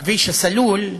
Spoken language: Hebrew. לכביש הסלול,